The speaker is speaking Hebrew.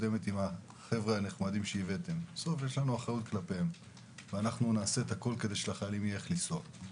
בסוף יש לנו אחריות כלפיהם ונעשה הכול כדי שלחיילים יהיה איך לנסוע.